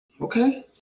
okay